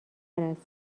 است